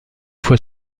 fois